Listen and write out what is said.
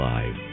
Live